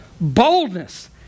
boldness